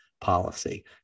policy